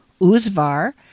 Uzvar